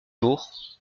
jours